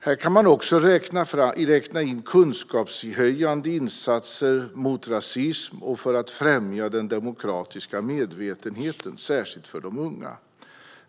Här kan man också räkna in kunskapshöjande insatser mot rasism och för att främja den demokratiska medvetenheten, särskilt hos de unga.